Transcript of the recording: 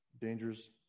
dangers